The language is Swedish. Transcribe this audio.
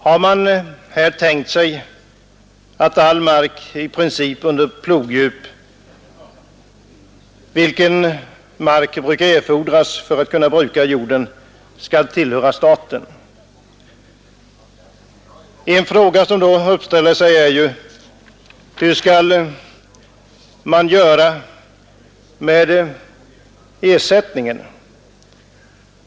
Har motionärerna här tänkt sig att all mark under plogdjup, vilken mark brukar erfordras för att man skall kunna bruka jorden, i princip skall tillhöra staten? En fråga som då uppställer sig är hur man skall göra med ersättningen.